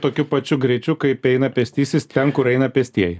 tokiu pačiu greičiu kaip eina pėstysis ten kur eina pėstieji